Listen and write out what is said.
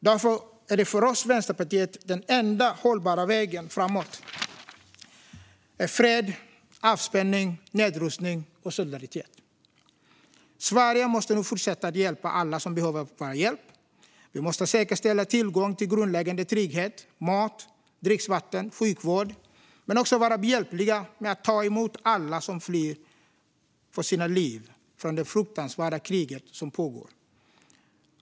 Därför är den enda hållbara vägen framåt för Vänsterpartiet fred, avspänning, nedrustning och solidaritet. Sverige måste fortsätta att hjälpa alla som behöver vår hjälp. Vi måste säkerställa tillgång till grundläggande trygghet, mat, dricksvatten och sjukvård men också vara behjälpliga med att ta emot alla som flyr för sina liv från det fruktansvärda krig som pågår.